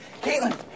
Caitlin